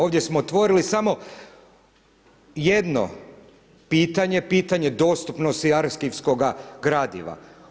Ovdje smo otvorili samo jedno pitanje, pitanje dostupnosti arhivskoga gradiva.